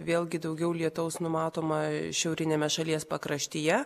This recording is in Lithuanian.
vėlgi daugiau lietaus numatoma šiauriniame šalies pakraštyje